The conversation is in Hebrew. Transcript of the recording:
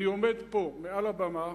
אני עומד פה מעל הבמה,